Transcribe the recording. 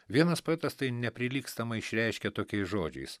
vienas poetas tai neprilygstamai išreiškė tokiais žodžiais